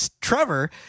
trevor